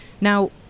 Now